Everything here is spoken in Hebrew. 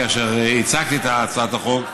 כאשר הצגתי את הצעת החוק,